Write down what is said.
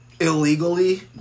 Illegally